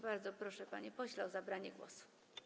Bardzo proszę, panie pośle, o zabranie głosu.